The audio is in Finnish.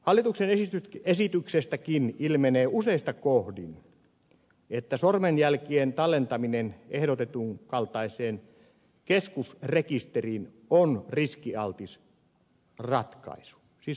hallituksen esityksestäkin ilmenee useista kohdin että sormenjälkien tallentaminen ehdotetun kaltaiseen keskusrekisteriin on riskialtis ratkaisu siis hallituskin on sitä mieltä